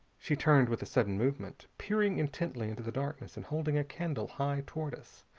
she turned with a sudden movement, peering intently into the darkness, and holding a candle high toward us,